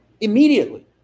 Immediately